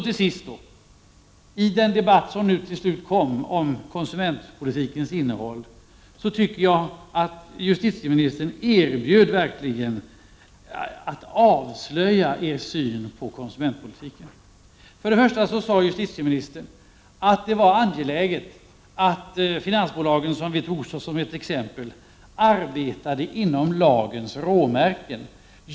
Till sist: När vi nu äntligen kom att debattera konsumentpolitikens innehåll tycker jag att justitieministern verkligen avslöjade sin syn på konsumentpolitiken. Hon sade att det var angeläget att finansbolagen, som vi hade tagit som exempel, arbetade inom lagens råmärken.